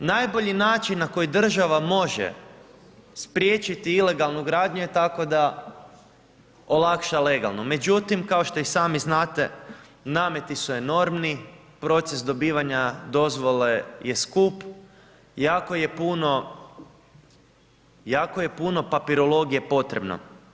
Najbolji način na koji država može spriječiti ilegalnu gradnju tako da olakša legalnu, međutim, kao što i sami znate, nameti su enormni, proces dobivanja dozvole, je skup, jako je puno jako je puno papirologije potrebno.